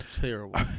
Terrible